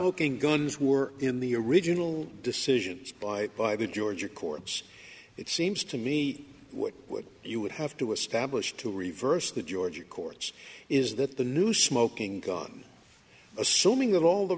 the guns were in the original decision by by the georgia courts it seems to me what you would have to establish to reverse the georgia courts is that the new smoking gun assuming that all the